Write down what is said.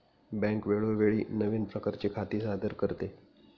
bank वेळोवेळी नवीन प्रकारची खाती सादर करते